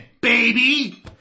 baby